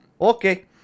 Okay